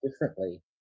differently